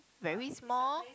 very small